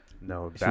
no